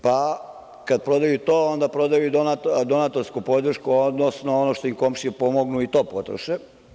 Pa, kad prodaju to, onda prodaju i donatorsku podršku, odnosno ono što im komšije pomognu i to potroše.